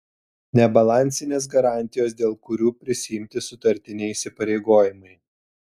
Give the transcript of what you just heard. nebalansinės garantijos dėl kurių prisiimti sutartiniai įsipareigojimai